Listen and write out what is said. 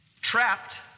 trapped